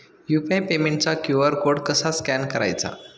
UPI पेमेंटचा QR code कसा scan करायचा?